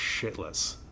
shitless